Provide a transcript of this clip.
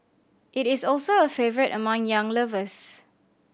it is also a favourite among young lovers